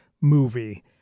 movie